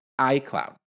iCloud